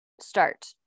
start